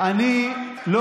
צריך לדייק.